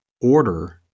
order